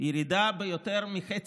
ירידה ביותר מחצי.